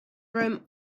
room